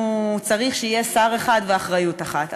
צריך שיהיה שר אחד ואחריות אחת.